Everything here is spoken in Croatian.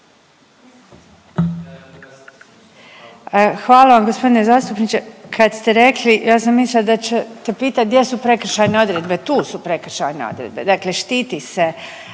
Hvala vam g. zastupniče. Kad ste rekli ja sam mislila da ćete pitat gdje su prekršajne odredbe? Tu su prekršajne odredbe, dakle štiti se